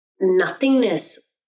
nothingness